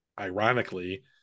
ironically